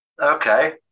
Okay